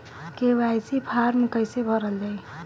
KYC form कइसे भरल जाइ?